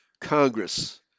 Congress